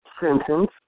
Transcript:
sentence